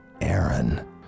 Aaron